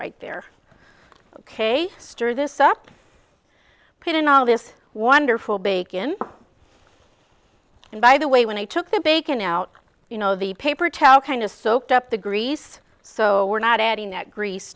right there ok stir this up put in all this wonderful bacon and by the way when i took the bacon out you know the paper towel kind of soaked up the grease so we're not adding that grease